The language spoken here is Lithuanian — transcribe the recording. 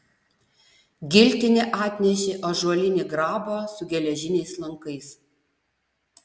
giltinė atnešė ąžuolinį grabą su geležiniais lankais